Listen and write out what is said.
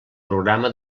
programa